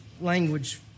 language